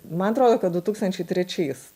man atrodo kad du tūkstančiai trečiais